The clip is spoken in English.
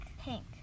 Pink